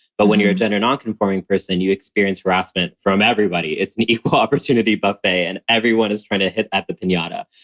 but when you're a gender nonconforming person, you experience harassment from everybody. it's an equal opportunity buffet and everyone is trying to hit at the pinata,